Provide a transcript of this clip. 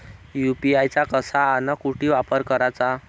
UPI चा कसा अन कुटी वापर कराचा?